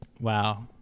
Wow